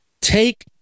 take